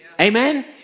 Amen